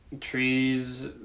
Trees